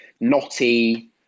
knotty